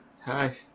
Hi